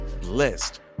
blessed